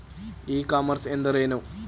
E commerce ಎಂದರೇನು?